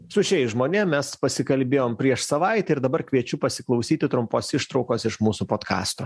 su šiais žmonėm mes pasikalbėjom prieš savaitę ir dabar kviečiu pasiklausyti trumpos ištraukos iš mūsų podkasto